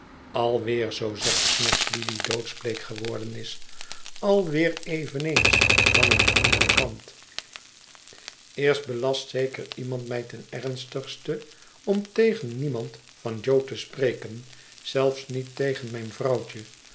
alweer zoo zegt snagsby die doodsbleek geworden is alweer eveneens van een anderen kant eerst belast zeker iemand mij ten ernstigste om tegen niemand van jo te spreken zelfs niet tegen mijn vrouwtje